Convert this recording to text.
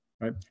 Right